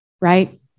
right